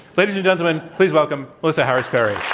ladies and gentlemen, please welcome melissa harris-perry.